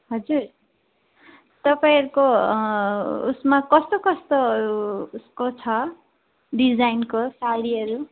हजुर तपाईँहरूको उसमा कस्तो कस्तो उसको छ डिजाइनको साडीहरू